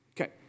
Okay